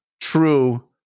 true